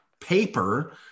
paper